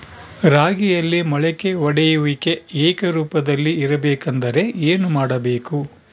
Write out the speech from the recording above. ರಾಗಿಯಲ್ಲಿ ಮೊಳಕೆ ಒಡೆಯುವಿಕೆ ಏಕರೂಪದಲ್ಲಿ ಇರಬೇಕೆಂದರೆ ಏನು ಮಾಡಬೇಕು?